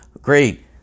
Great